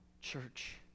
church